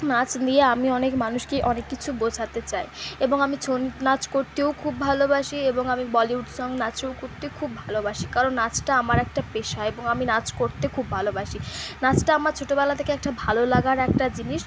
নাচ দিয়ে আমি অনেক মানুষকে অনেক কিছু বোঝাতে চাই এবং আমি ছো নাচ করতেও খুব ভালোবাসি এবং আমি বলিউড সং নাচও করতে খুব ভালোবাসি কারণ নাচটা আমার একটা পেশা এবং আমি নাচ করতে খুব ভালোবাসি নাচটা আমার ছোটবেলা থেকে একটা ভালো লাগার একটা জিনিস